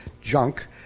junk